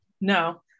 No